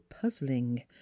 puzzling